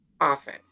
often